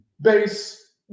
base